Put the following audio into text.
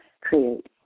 create